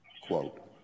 Quote